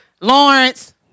Lawrence